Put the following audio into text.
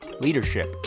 leadership